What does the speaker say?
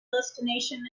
destination